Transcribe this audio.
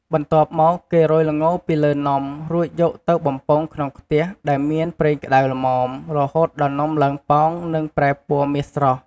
បន្ទាប់មក គេរោយល្ងពីលើនំ រួចយកទៅបំពងក្នុងខ្ទះដែលមានប្រេងក្តៅល្មម រហូតដល់នំឡើងប៉ោង និងប្រែពណ៌មាសស្រស់។